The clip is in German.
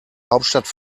hauptstadt